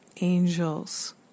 angels